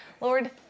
Lord